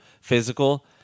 physical